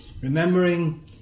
Remembering